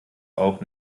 auch